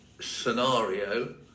scenario